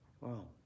Wow